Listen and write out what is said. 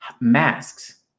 masks